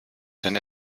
denn